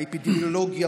האפידמיולוגיה,